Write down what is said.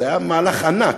זה היה מהלך ענק.